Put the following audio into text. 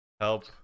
help